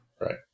Right